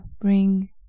bring